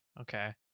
okay